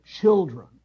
children